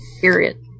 Period